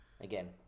Again